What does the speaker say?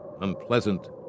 unpleasant